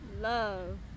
Love